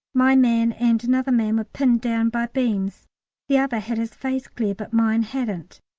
my man and another man were pinned down by beams the other had his face clear, but mine hadn't,